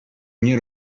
nie